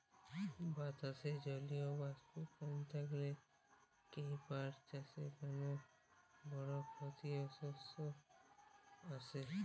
বাতাসে জলীয় বাষ্প কম থাকলে কি পাট চাষে কোনো বড় ক্ষতির আশঙ্কা আছে?